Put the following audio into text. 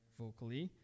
vocally